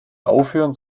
aufhören